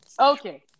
Okay